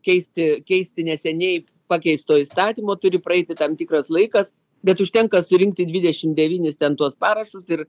keisti keisti neseniai pakeisto įstatymo turi praeiti tam tikras laikas bet užtenka surinkti dvidešimt devynis ten tuos parašus ir